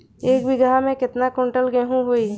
एक बीगहा में केतना कुंटल गेहूं होई?